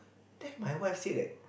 then my wife say that